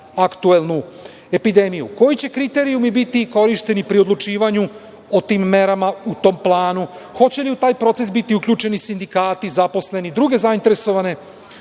aktuelnu epidemiju? Koji će kriterijumi biti korišteni pri odlučivanju o tim merama u tom planu, hoće li u taj proces biti uključeni i sindikati, zaposleni, druge zainteresovane